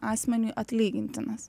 asmeniui atlygintinas